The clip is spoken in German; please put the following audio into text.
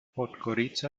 podgorica